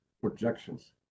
Projections